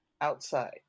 outside